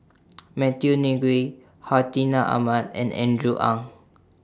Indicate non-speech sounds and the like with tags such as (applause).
(noise) Matthew Ngui Hartinah Ahmad and Andrew Ang